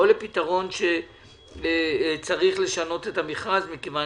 או פתרון שצריך לשנות את המכרז מכיוון